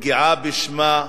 בפגיעה בשמה.